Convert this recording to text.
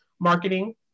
marketing